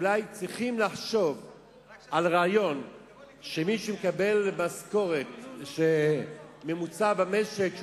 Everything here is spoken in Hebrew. אולי צריכים לחשוב על רעיון שמי שמקבל משכורת ממוצעת במשק,